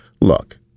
Look